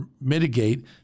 mitigate